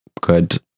good